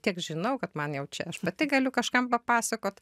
tiek žinau kad man jau čia aš pati galiu kažkam papasakot